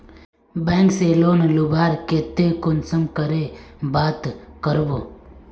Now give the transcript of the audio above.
Bank से loan लुबार केते कुंसम करे बात करबो?